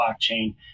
blockchain